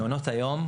מעונות היום,